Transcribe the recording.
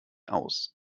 aus